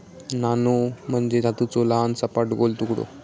नाणो म्हणजे धातूचो लहान, सपाट, गोल तुकडो